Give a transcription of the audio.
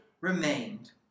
remained